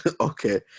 Okay